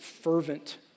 fervent